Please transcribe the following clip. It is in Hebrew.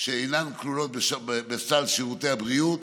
שאינן כלולות בסל שירותי הבריאות